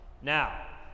now